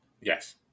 yes